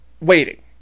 waiting